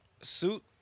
suit